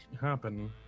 happen